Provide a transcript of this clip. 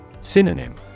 Synonym